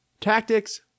Tactics